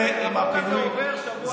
למחבלים, לא הצליח לך, תחזור לבתים.